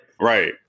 Right